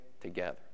together